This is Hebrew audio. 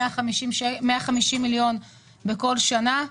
150 מיליון בכל שנה.